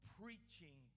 preaching